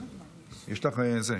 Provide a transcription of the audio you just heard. טוב.